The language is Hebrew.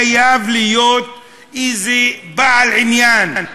חייב להיות איזה בעל עניין,